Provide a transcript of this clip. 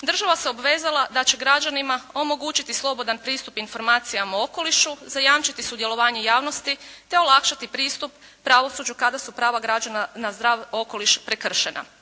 država se obvezala da će građanima omogućiti slobodan pristup informacijama o okolišu, zajamčiti sudjelovanje javnosti, te olakšati pristup pravosuđu kada su prava građana na zdrav okoliš prekršena.